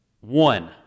one